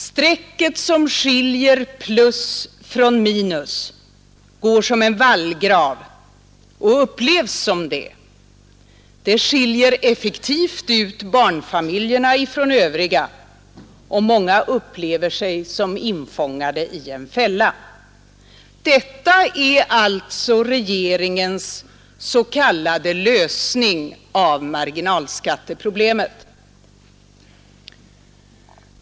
Strecket som skiljer plus från minus upplevs som en vallgrav. Det skiljer effektivt ut barnfamiljerna från övriga. Många upplever sig som infångade i en fälla! Detta är alltså regeringens s.k. lösning av marginalskatteproblemet.